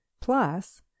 plus